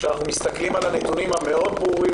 כשאנחנו מסתכלים על הנתונים הברורים מאוד